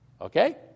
Okay